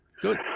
Good